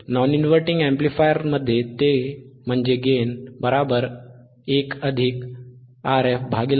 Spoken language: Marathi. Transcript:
नॉन इनव्हर्टिंग अॅम्प्लिफायरमध्ये ते गेन 1Rf Rin असेल